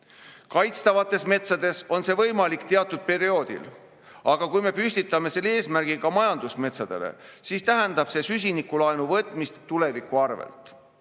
Kaitstavates metsades on see võimalik teatud perioodil. Aga kui me püstitame selle eesmärgi ka majandusmetsadele, siis tähendab see süsinikulaenu võtmist tuleviku arvel.